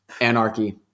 anarchy